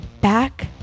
back